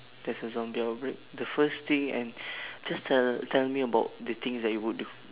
there's a zombie outbreak the first thing and just tell tell me about the things that you would do